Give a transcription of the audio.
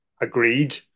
agreed